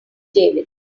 davis